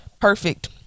Perfect